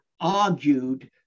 argued